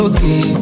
Okay